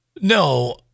No